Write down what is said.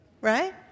right